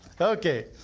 Okay